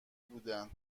بودن